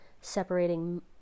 separating